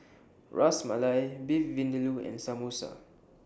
Ras Malai Beef Vindaloo and Samosa